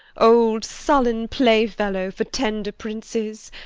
old sullen playfellow for tender princes,